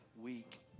week